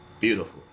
Beautiful